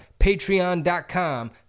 Patreon.com